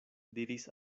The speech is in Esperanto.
diris